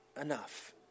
enough